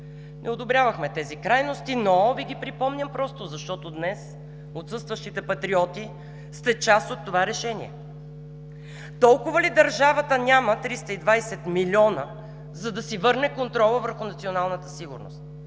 Не одобрявахме тези крайности, но Ви ги припомням просто, защото отсъстващите патриоти днес сте част от това решение. Толкова ли държавата няма 320 милиона, за да си върне контрола върху националната сигурност